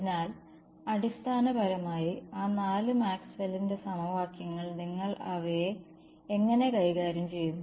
അതിനാൽ അടിസ്ഥാനപരമായി ആ നാല് മാക്സ്വെല്ലിന്റെ സമവാക്യങ്ങൾ Maxwell's equations നിങ്ങൾ അവയെ എങ്ങനെ കൈകാര്യം ചെയ്യുന്നു